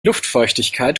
luftfeuchtigkeit